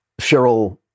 Cheryl